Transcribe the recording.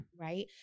right